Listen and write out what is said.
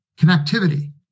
connectivity